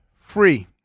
Free